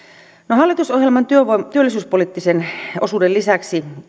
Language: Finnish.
hallitusohjelman työllisyyspoliittisen osuuden lisäksi